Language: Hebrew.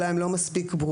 אולי הם לא מספיק ברורות,